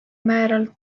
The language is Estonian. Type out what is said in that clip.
määral